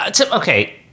okay